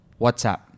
WhatsApp